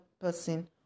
person